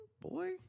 boy